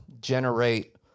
generate